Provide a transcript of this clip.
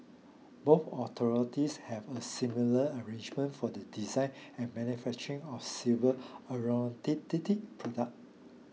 both authorities have a similar arrangement for the design and manufacturing of civil aeronautical products